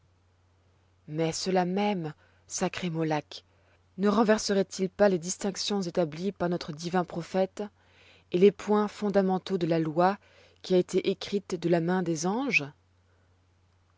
mais cela même sacré mollak ne renverseroit il pas les distinctions établies par notre divin prophète et les points fondamentaux de la loi qui a été écrite de la main des anges